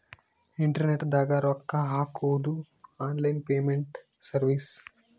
internet ದಾಗ ರೊಕ್ಕ ಹಾಕೊದು ಆನ್ಲೈನ್ ಪೇಮೆಂಟ್ ಸರ್ವಿಸ್